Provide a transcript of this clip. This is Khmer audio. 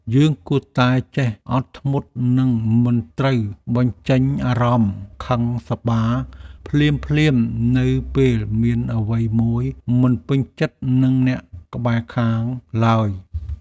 យើងគួរតែចេះអត់ធ្មត់និងមិនត្រូវបញ្ចេញអារម្មណ៍ខឹងសម្បារភ្លាមៗនៅពេលមានអ្វីមួយមិនពេញចិត្តនឹងអ្នកក្បែរខាងឡើយ។